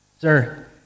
Sir